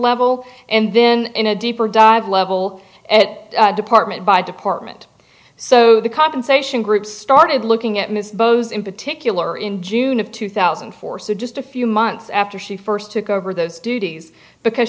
level and then in a deeper dive level at department by department so the compensation groups started looking at missed both in particular in june of two thousand and four so just a few months after she first took over those duties because